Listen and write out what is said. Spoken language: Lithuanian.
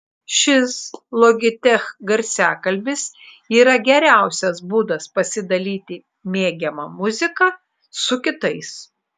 šis logitech garsiakalbis yra geriausias būdas pasidalyti mėgiama muzika su kitais